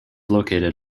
located